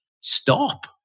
Stop